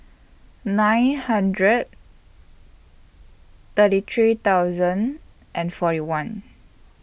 nine hundred thirty three thousand and forty one